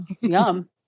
yum